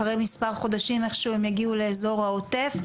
אחרי מספר חודשים איכשהו הם יגיעו לאזור העוטף,